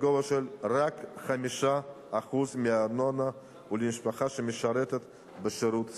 בגובה רק 5% בארנונה למשפחת המשרת בשירות סדיר.